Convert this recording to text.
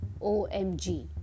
OMG